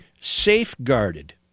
safeguarded